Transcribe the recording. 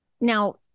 Now